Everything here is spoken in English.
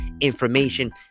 information